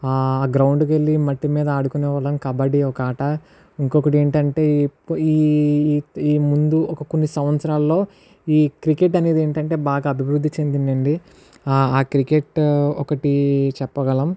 గ్రౌండుకి వెళ్ళి మట్టి మీద ఆడుకునే వాళ్ళం కబడ్డీ ఒక ఆట ఇంకొకటి ఏంటి అంటే ఈ ముందు ఒక కొన్ని సంవత్సరాల్లో ఈ క్రికెట్ అనేది ఏంటి అంటే బాగా అభివృద్ధి చెందింది అండి ఆ క్రికెట్ ఒకటి చెప్పగలం